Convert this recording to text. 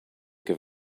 give